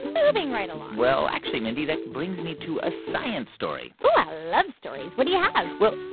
moving right along well, actually, mindy, that brings me to a science story oh, i love stories. what do you have? well,